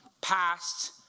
Past